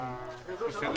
בשעה